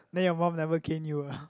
then your mum never cane you uh